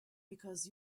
because